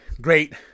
great